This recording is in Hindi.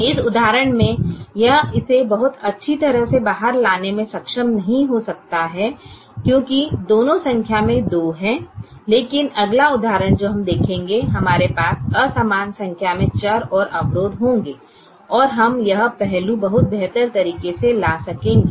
इस उदाहरण में यह इसे बहुत अच्छी तरह से बाहर लाने में सक्षम नहीं हो सकता है क्योंकि दोनों संख्या में 2 हैं लेकिन अगला उदाहरण जो हम देखेंगे हमारे पास असमान संख्या में चर और अवरोध होंगे और हम यह पहलू बहुत बेहतर तरीके से ला सकेंगे